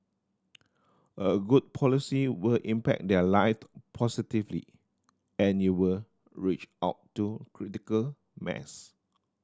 a good policy will impact their lives positively and you will reach out to critical mass